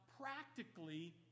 practically